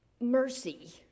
mercy